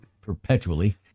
perpetually